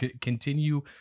continue